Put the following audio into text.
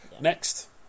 next